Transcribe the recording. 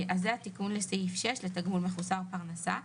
זה התיקון לסעיף 6, לתגמול מחוסר פרנסה.